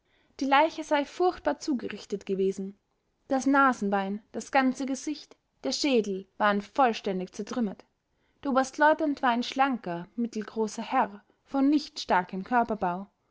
die leiche sei furchtbar zugerichtet gewesen das nasenbein das ganze gesicht der schädel waren vollständig zertrümmert der oberstleutnant war ein schlanker mittelgroßer herr von nicht starkem körperbau